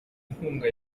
inkunga